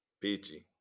Peachy